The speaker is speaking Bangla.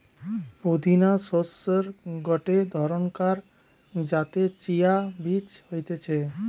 পুদিনা শস্যের গটে ধরণকার যাতে চিয়া বীজ হতিছে